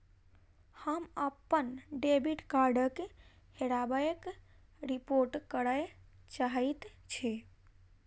हम अप्पन डेबिट कार्डक हेराबयक रिपोर्ट करय चाहइत छि